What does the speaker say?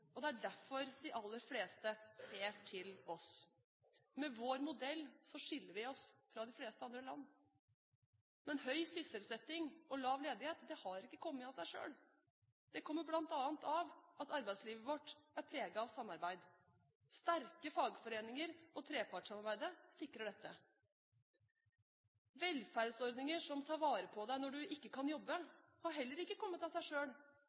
Det er derfor de aller fleste ser til oss. Med vår modell skiller vi oss fra de fleste andre land. Men høy sysselsetting og lav ledighet har ikke kommet av seg selv. Det kommer bl.a. av at arbeidslivet vårt er preget av samarbeid. Sterke fagforeninger og trepartssamarbeidet sikrer dette. Velferdsordninger som tar var på deg når du ikke kan jobbe, har heller ikke kommet av seg